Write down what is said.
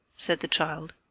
said the child.